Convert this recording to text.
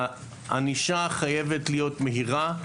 הענישה חייבת להיות מהירה,